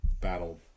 battle